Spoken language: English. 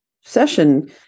session